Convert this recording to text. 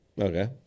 Okay